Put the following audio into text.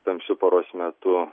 tamsiu paros metu